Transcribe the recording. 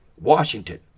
Washington